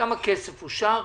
כמה כסף אושר,